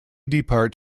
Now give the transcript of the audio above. depart